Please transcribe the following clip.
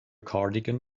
cardigan